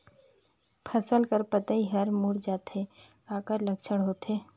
फसल कर पतइ हर मुड़ जाथे काकर लक्षण होथे?